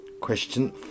Question